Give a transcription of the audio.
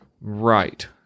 Right